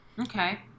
Okay